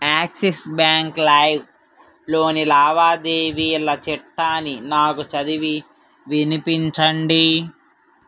axis bank live లోని లావాదేవీల చిట్టాని నాకు చదివి వినిపించండి